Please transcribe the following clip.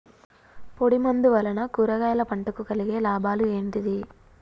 పొడిమందు వలన కూరగాయల పంటకు కలిగే లాభాలు ఏంటిది?